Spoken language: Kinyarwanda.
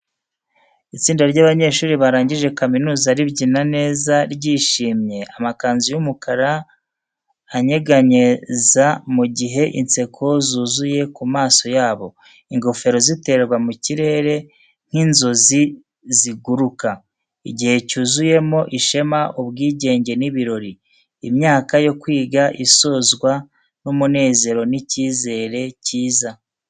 Itsinda ry’abanyeshuri barangije kaminuza ribyina neza ryishimye, amakanzu y'umukara anyeganyeza mu gihe inseko zuzuye ku maso yabo. Ingofero ziterwa mu kirere nk’inzozi ziguruka. Igihe cyuzuyemo ishema, ubwigenge n’ibirori, imyaka yo kwiga isozwa n’umunezero n’icyizere cyiza.